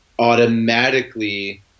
automatically